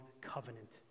covenant